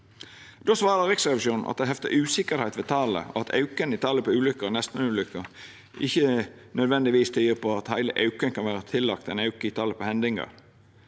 Då svara Riksrevisjonen at det hefter usikkerheit ved talet, og at auken i talet på ulukker og nestenulukker ikkje nødvendigvis tyder på at heile auken kjem av ein auke i talet på hendingar.